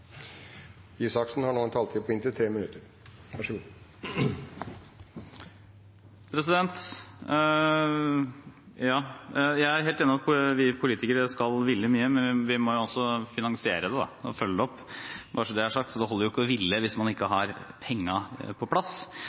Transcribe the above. Jeg er helt enig i at vi politikere skal ville mye, men vi må jo også finansiere det og følge det opp – bare så det er sagt – så det holder jo ikke å ville hvis en ikke har pengene på plass!